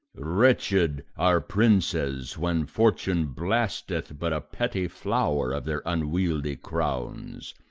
wretched are princes when fortune blasteth but a petty flower of their unwieldy crowns,